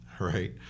right